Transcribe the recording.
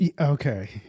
Okay